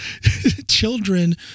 children